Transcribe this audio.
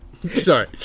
sorry